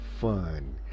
fun